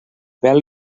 pèl